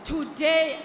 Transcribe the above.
Today